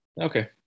Okay